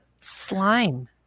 slime